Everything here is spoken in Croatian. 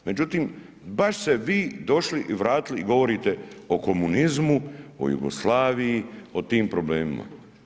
Međutim, baš ste vi došli i vratili i govorite o komunizmu, o Jugoslaviji, o tim problemima.